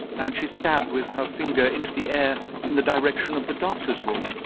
and she stabbed with her finger into the air in the direction of the doctor's room,